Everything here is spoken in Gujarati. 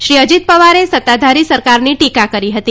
શ્રી અજીત પવારે સત્તાધારી સરકારની ટીકા કરી હતી